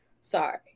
Sorry